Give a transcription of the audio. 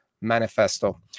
manifesto